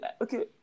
Okay